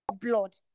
blood